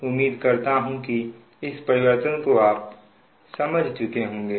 उम्मीद करता हूं कि इस परिवर्तन को आप समझ चुके होंगे